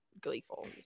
gleeful